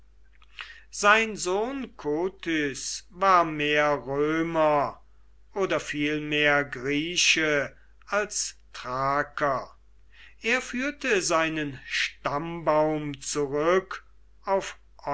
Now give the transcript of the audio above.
sein sohn kotys war mehr römer oder vielmehr grieche als thraker er führte seinen stammbaum zurück auf